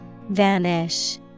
Vanish